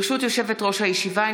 ברשות יושבת-ראש הישיבה,